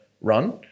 run